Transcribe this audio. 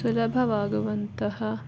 ಸುಲಭವಾಗುವಂತಹ